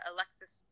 Alexis